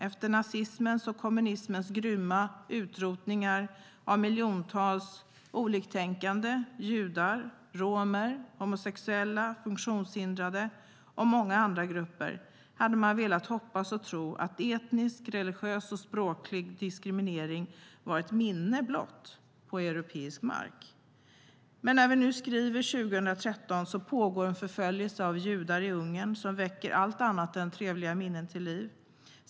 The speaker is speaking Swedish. Efter nazismens och kommunismens grymma utrotningar av miljontals oliktänkande, judar, romer, homosexuella, funktionshindrade och många andra grupper hade man velat hoppas och tro att etnisk, religiös och språklig diskriminering var ett minne blott på europeisk mark. Men när vi nu skriver 2013 pågår en förföljelse av judar i Ungern som väcker allt annat än trevliga minnen till liv.